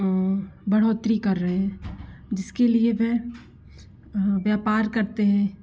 बढ़ोतरी कर रहे हैं जिसके लिए वह व्यापार करते हैं